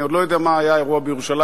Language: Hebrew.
ואני עוד לא יודע מה היה האירוע בירושלים,